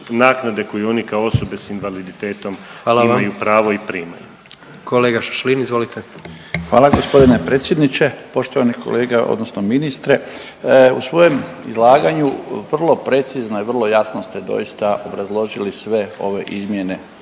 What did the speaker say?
naknade koje oni kao osobe s invaliditetom imaju pravo i primati. **Jandroković, Gordan (HDZ)** Hvala. Kolega Šašlin, izvolite. **Šašlin, Stipan (HDZ)** Hvala g. predsjedniče, poštovani kolega, odnosno ministre. U svojem izlaganju vrlo precizno i vrlo jasno ste doista obrazložili sve ove izmjene